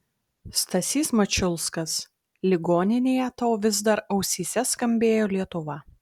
stasys mačiulskas ligoninėje tau vis dar ausyse skambėjo lietuva